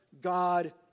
God